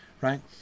right